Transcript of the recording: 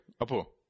Apo